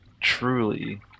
truly